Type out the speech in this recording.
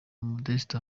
modeste